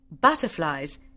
butterflies